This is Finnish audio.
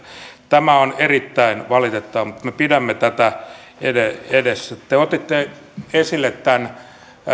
tämä on erittäin valitettavaa mutta me pidämme tätä esillä te otitte esille nämä